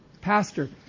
pastor